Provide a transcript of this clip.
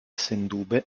sendube